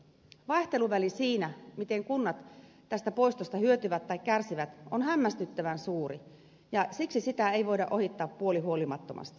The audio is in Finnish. vaihteluväli siinä miten kunnat tästä poistosta hyötyvät tai kärsivät on hämmästyttävän suuri ja siksi sitä ei voida ohittaa puolihuolimattomasti